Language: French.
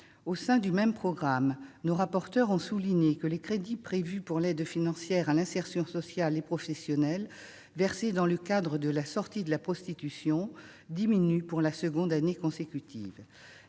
Au sein du même programme, nos rapporteurs ont souligné que les crédits prévus pour l'aide financière à l'insertion sociale et professionnelle qui est versée dans le cadre de la sortie de la prostitution diminuent pour la deuxième année consécutive.